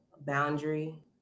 boundary